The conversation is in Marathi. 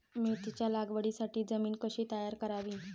मेथीच्या लागवडीसाठी जमीन कशी तयार करावी?